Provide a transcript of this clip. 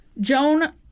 Joan